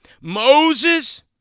Moses